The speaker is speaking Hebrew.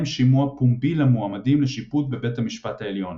שימוע פומבי למועמדים לשיפוט בבית המשפט העליון.